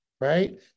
right